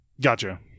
Gotcha